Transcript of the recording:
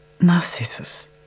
Narcissus